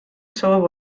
soov